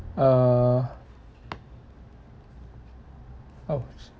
uh oh